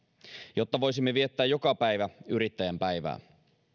jotta voisimme viettää joka päivä yrittäjän päivää